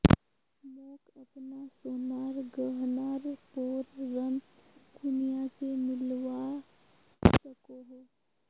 मोक अपना सोनार गहनार पोर ऋण कुनियाँ से मिलवा सको हो?